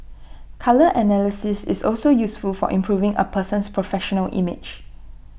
colour analysis is also useful for improving A person's professional image